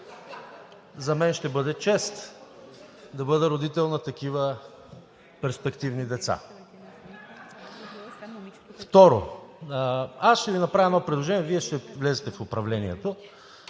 за мен ще бъде чест да бъда родител на такива перспективни деца. Второ, аз ще Ви направя едно предложение. Вие ще влезете в управлението